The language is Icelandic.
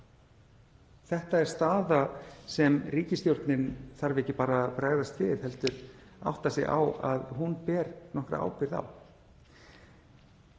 Þetta er staða sem ríkisstjórnin þarf ekki bara bregðast við heldur að átta sig á að hún ber nokkra ábyrgð á.